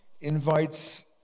invites